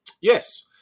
yes